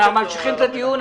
ממשיכים את הדיון,